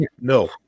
no